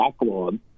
backlog